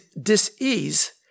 dis-ease